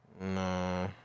Nah